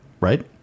right